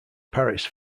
paris